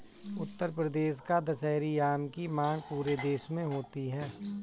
उत्तर प्रदेश का दशहरी आम की मांग पूरे देश में होती है